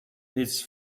its